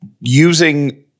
using